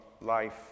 life